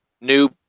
New